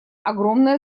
огромное